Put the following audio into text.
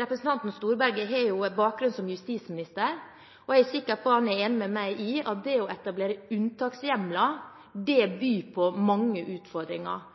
Representanten Storberget har bakgrunn som justisminister, og jeg er sikker på at han er enig med meg i at det å etablere unntakshjemler byr på mange utfordringer.